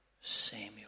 Samuel